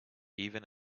even